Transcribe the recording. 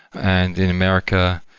and in america,